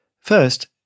First